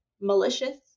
malicious